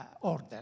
order